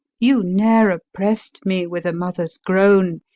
you ne'er oppress'd me with a mother's groan,